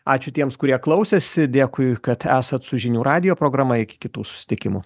ačiū tiems kurie klausėsi dėkui kad esat su žinių radijo programa iki kitų susitikimų